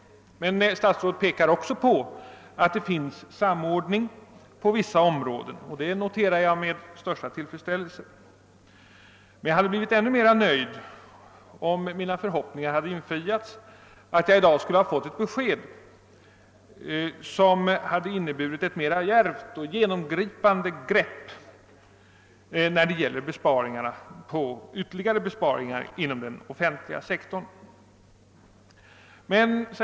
Men statsrådet pekar också på att det finns samordning på vissa områden, och det noterar jag med största tillfredsställelse. Jag hade dock blivit ännu mer nöjd om mina förhoppningar hade infriats, att jag i dag skulle ha fått ett besked som hade inneburit att ett mera djärvt och genomgripande grepp för ytterligare besparingar inom den offentliga sektorn skulle tas.